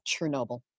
Chernobyl